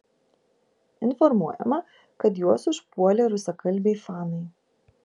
informuojama kad juos užpuolė rusakalbiai fanai